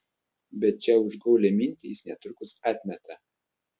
bet šią užgaulią mintį jis netrukus atmeta